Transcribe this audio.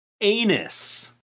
Anus